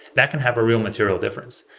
that can have a real material difference.